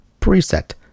preset